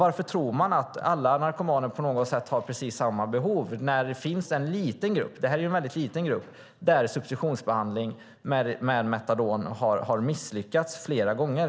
Varför tror man att alla narkomaner på något sätt har precis samma behov? Detta är en väldigt liten grupp där substitutionsbehandling med metadon har misslyckats flera gånger.